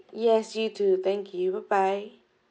yes you too thank you bye bye